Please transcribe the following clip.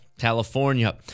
California